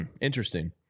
interesting